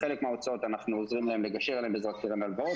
חלק מההוצאות אנחנו עוזרים להם לגשר עליהם בעזרת קרן הלוואות.